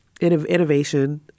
innovation